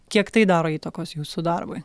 kiek tai daro įtakos jūsų darbui